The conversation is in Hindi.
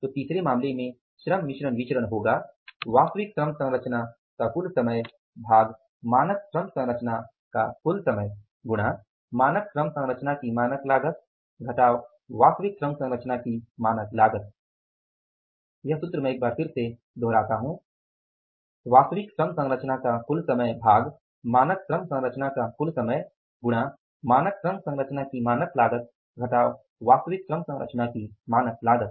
तो तीसरे मामले में श्रम मिश्रण विचरण होगा वास्तविक श्रम संरचना का कुल समय भाग मानक श्रम संरचना का कुल समय गुणा मानक श्रम संरचना की मानक लागत घटाव वास्तविक श्रम संरचना की मानक लागत